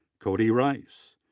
cody rice,